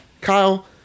Kyle